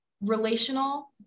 relational